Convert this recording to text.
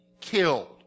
killed